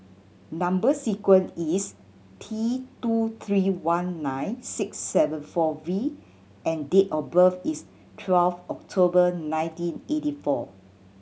number sequence is T two three one nine six seven four V and date of birth is twelve October nineteen eighty four